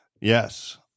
Yes